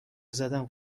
زدم